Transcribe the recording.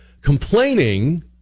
complaining